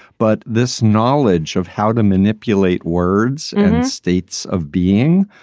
but this knowledge of how to manipulate words and states of being.